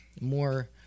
more